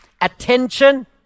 attention